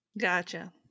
Gotcha